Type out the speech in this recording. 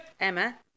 Emma